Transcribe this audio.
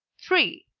three.